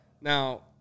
Now